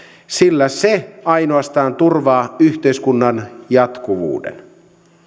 sillä se ainoastaan turvaa yhteiskunnan jatkuvuuden